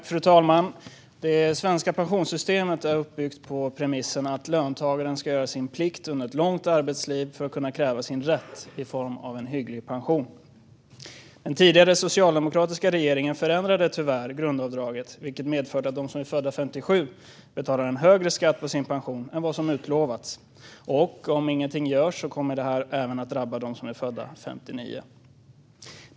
Fru talman! Det svenska pensionssystemet är uppbyggt på premissen att löntagaren ska göra sin plikt under ett långt arbetsliv för att kunna kräva sin rätt i form av en hygglig pension. Den tidigare socialdemokratiska regeringen förändrade tyvärr grundavdraget, vilket medförde att de som är födda 1957 betalar högre skatt på sin pension än vad som utlovats. Och om ingenting görs kommer det även att drabba dem som är födda 1959.